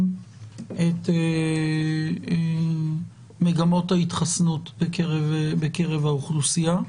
את מגמות ההתחסנות בקרב האוכלוסייה.